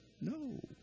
no